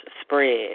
spread